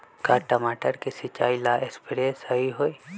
का टमाटर के सिचाई ला सप्रे सही होई?